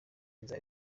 izaba